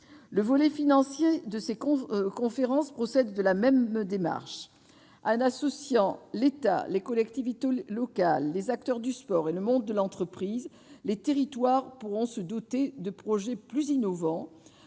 Le volet financier de ces conférences procède de la même démarche. En associant l'État, les collectivités locales, les acteurs du sport et le monde de l'entreprise, les territoires pourront se doter de projets plus innovants,